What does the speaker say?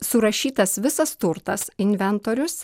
surašytas visas turtas inventorius